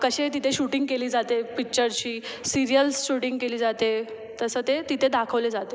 कसेही तिथे शुटींग केली जाते पिच्चरची सिरियल्स शुटींग केली जाते तसं ते तिथे दाखवले जाते